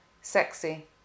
sexy